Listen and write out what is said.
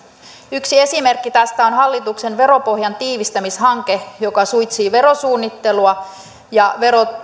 yksi esimerkki tästä on hallituksen veropohjantiivistämishanke joka suitsii verosuunnittelua ja